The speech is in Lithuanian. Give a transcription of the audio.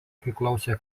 priklausė